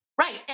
Right